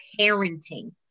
parenting